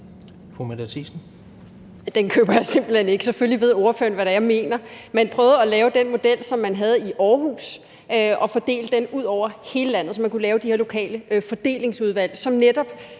Den køber jeg simpelt hen ikke. Selvfølgelig ved ordføreren, hvad det er, jeg mener. Man prøvede at lave den model, som man havde i Aarhus, og fordele den ud over hele landet, så man kunne lave de her lokale fordelingsudvalg, som netop